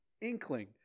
inkling